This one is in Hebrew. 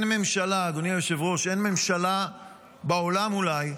אדוני היושב ראש, אין ממשלה בעולם, אולי,